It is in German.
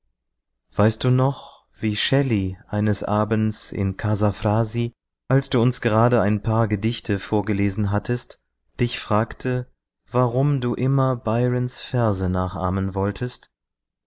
weißt du noch wie shelley eines abends in casa frasi als du uns gerade ein paar gedichte vorgelesen hattest dich fragte warum du immer byrons verse nachahmen wolltest